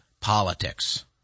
politics